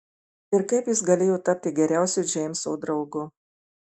ir kaip jis galėjo tapti geriausiu džeimso draugu